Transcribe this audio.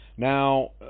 Now